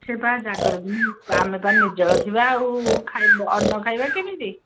ସେ ପା ଜାଗର ଦିନ ଆମେ ପା ନିର୍ଜଳ ଥିବା ଆଉ ଖାଇବ ଅନ୍ନ ଖାଇବା କେମିତି